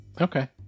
Okay